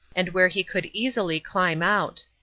and where he could easily climb out.